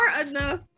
enough